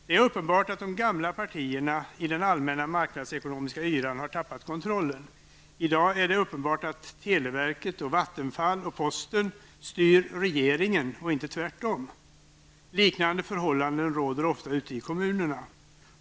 Det är uppenbart att de gamla partierna i den allmänna marknadsekonomiska yran har tappat kontrollen. I dag är det uppenbart att televerket, Vattenfall och Posten styr regeringen och inte tvärtom. Liknande förhållanden råder ofta ute i kommunerna.